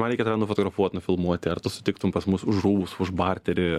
man reikia tave nufotografuot nufilmuoti ar tu sutiktum pas mus už rūbus už barterį